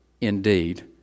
Indeed